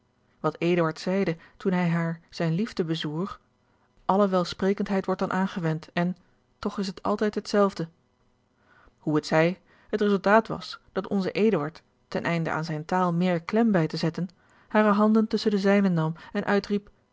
eduard zeide toen hij haar zijne liefde bezwoer alle welsprekendheid wordt dan aangewend en toch is het altijd hetzelfde hoe het zij het resultaat was dat onze eduard ten einde aan zijne taal meer klem bij te zetten hare handen tusschen de zijnen nam en uitriep